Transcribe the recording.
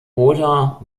oder